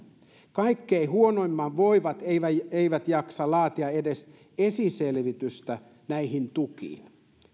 kaikkein huonoimmin voivat eivät eivät jaksa laatia edes esiselvitystä näihin tukiin